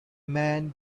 man